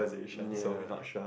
mm ya